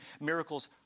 miracles